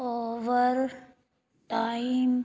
over time